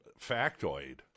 factoid